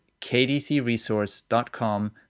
kdcresource.com